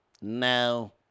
No